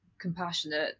compassionate